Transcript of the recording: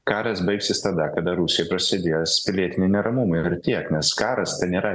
karas baigsis tada kada rusijoj prasidės pilietiniai neramumai ir tiek nes karas tai nėra